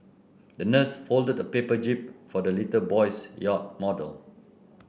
the nurse folded the paper jib for the little boy's yacht model